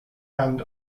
and